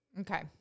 okay